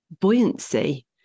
buoyancy